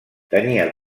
tenia